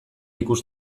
ikus